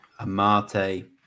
Amate